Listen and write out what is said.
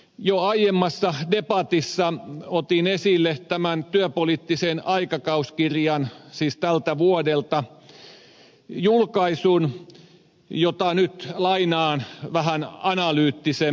jo aiemmassa debatissa otin esille tämän työpoliittisen aikakauskirjan tämän vuoden julkaisun jota nyt lainaan vähän analyyttisemmin